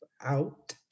out